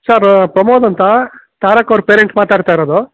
sir Pramod ಅಂತಾ ತಾರಕ್ ಅವ್ರ್ parent ಮಾತಾಡ್ತ ಇರೋದು